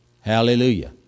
Hallelujah